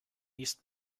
east